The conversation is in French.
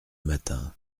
matin